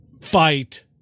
Fight